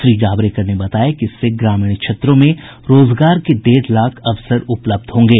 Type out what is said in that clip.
श्री जावड़ेकर ने बताया कि इससे ग्रामीण क्षेत्रों में रोजगार के डेढ़ लाख अवसर उपलब्ध होंगे